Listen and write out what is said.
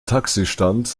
taxistand